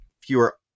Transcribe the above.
fewer